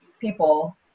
people